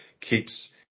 keeps